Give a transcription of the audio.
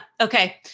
Okay